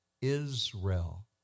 Israel